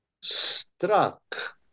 struck